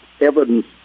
evidence